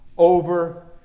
Over